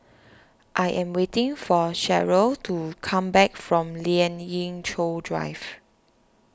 I am waiting for Cherelle to come back from Lien Ying Chow Drive